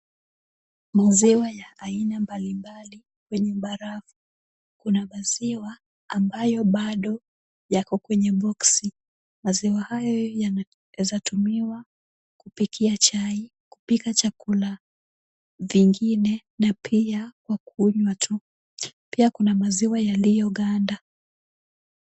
Maziwa ya aina mbalimbali kwenye barafu. Kuna maziwa ambayo bado yako kwenye boksi. Maziwa hayo yanawezatumiwa kupikia chai, kupika chakula vingine na pia kwa kunywa tu. Pia kuna maziwa yaliyoganda.